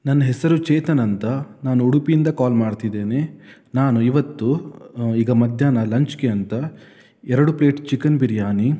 ನನ್ನ ಹೆಸರು ಚೇತನ್ ಅಂತ ನಾನು ಉಡುಪಿಯಿಂದ ಕಾಲ್ ಮಾಡ್ತಿದ್ದೇನೆ ನಾನು ಇವತ್ತು ಈಗ ಮಧ್ಯಾಹ್ನ ಲಂಚ್ಗೆ ಅಂತ ಎರಡು ಪ್ಲೇಟ್ ಚಿಕನ್ ಬಿರಿಯಾನಿ